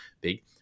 big